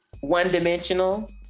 one-dimensional